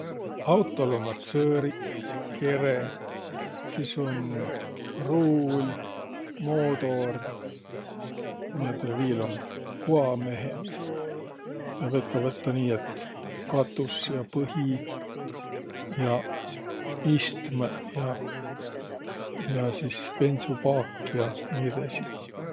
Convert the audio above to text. Autol ummaq tsõõriq, kere, sis um ruul, moodor, miä täl viil um? Kuameheq, ja võit ka võttaq nii, et katus ja põhi jaq istmõq ja, ja sis bendsupaak ja nii edesi.